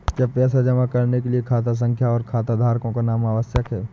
क्या पैसा जमा करने के लिए खाता संख्या और खाताधारकों का नाम आवश्यक है?